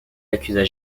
accusa